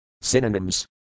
Synonyms